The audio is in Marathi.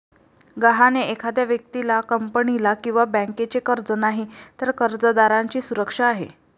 गहाण हे एखाद्या व्यक्तीला, कंपनीला किंवा बँकेचे कर्ज नाही, तर कर्जदाराची सुरक्षा आहे